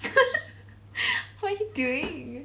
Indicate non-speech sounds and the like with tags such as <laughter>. <laughs> what are you doing